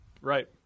Right